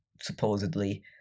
supposedly